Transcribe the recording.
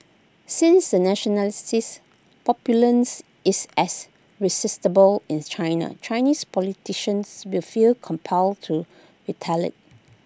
since the nationalistic populism is as resistible inse China Chinese politicians will feel compelled to retaliate